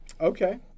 Okay